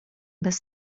bez